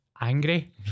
angry